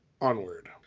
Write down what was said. onward